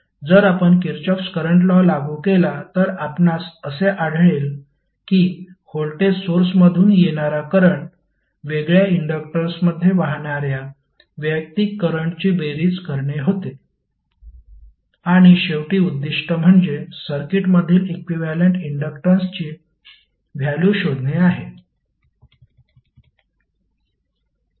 जर आपण Kirchhoff current law लागू केला तर आपणास असे आढळेल की व्होल्टेज सोर्समधून येणारा करंट वेगळ्या इंडक्टर्समध्ये वाहणाऱ्या वैयक्तिक करंटची बेरीज करणे होते आणि शेवटी उद्दीष्ट म्हणजे सर्किटमधील इक्विव्हॅलेंट इन्डक्टन्सची व्हॅल्यु शोधणे आहे